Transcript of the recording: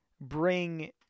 bring